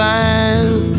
eyes